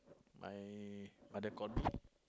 my mother call me